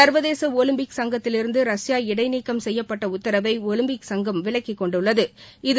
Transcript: சர்வதேச ஒலிம்பிக் சங்கத்திலிருந்து ரஷ்யா இடை நீக்கம் செய்யப்பட்ட உத்தரவை ஒலிம்பிக் சங்கம் விலக்கிக் கொண்டுள்ளது